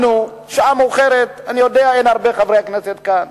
השעה מאוחרת, ואני יודע שאין הרבה חברי כנסת כאן,